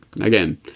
Again